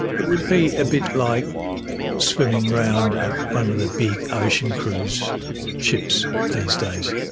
it would be a bit like swimming around one of the big ocean cruise ships these days.